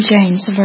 James